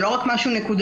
זה לא רק משהו נקודתי.